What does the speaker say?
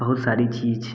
बहुत सारी चीज़